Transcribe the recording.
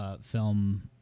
Film